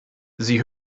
sie